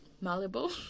malleable